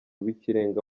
w’ikirenga